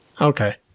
Okay